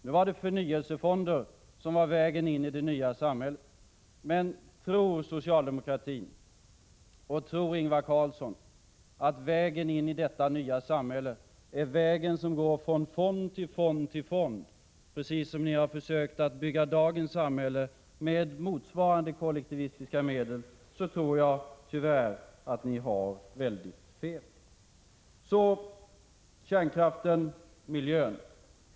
Nu var det förnyelsefonder som var vägen in i det nya samhället. Men tror socialdemokratin och Ingvar Carlsson att vägen in i detta nya samhälle är den väg som går från fond till fond till fond, precis som ni har försökt bygga upp dagens samhälle med motsvarande kollektivistiska medel? Jag tror att ni tyvärr har helt fel. Så till frågan om kärnkraften och miljön.